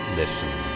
listen